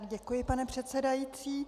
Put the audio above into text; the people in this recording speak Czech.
Děkuji, pane předsedající.